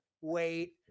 wait